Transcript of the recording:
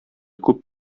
күп